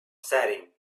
setting